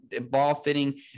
ball-fitting